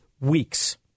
weeks